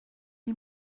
die